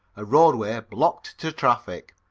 a roadway blocked to traffic.